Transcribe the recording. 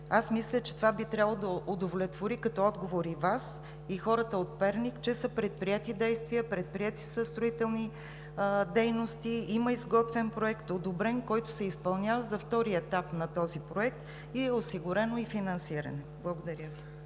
Мисля, че това би трябвало да удовлетвори като отговор и Вас, и хората от Перник, че са предприети действия, предприети са строителни дейности, има изготвен одобрен проект, който се изпълнява, за втория етап на този проект и е осигурено финансиране. Благодаря.